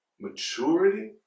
maturity